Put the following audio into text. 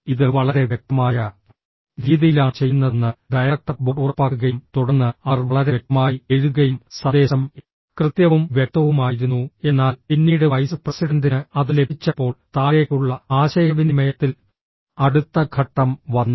ഇത് വളരെ വ്യക്തമായ രീതിയിലാണ് ചെയ്യുന്നതെന്ന് ഡയറക്ടർ ബോർഡ് ഉറപ്പാക്കുകയും തുടർന്ന് അവർ വളരെ വ്യക്തമായി എഴുതുകയും സന്ദേശം കൃത്യവും വ്യക്തവുമായിരുന്നു എന്നാൽ പിന്നീട് വൈസ് പ്രസിഡന്റിന് അത് ലഭിച്ചപ്പോൾ താഴേക്കുള്ള ആശയവിനിമയത്തിൽ അടുത്ത ഘട്ടം വന്നു